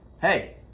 Hey